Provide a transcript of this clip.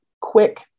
quick